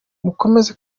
mukomeze